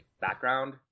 background